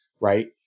right